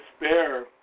despair